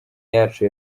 yacu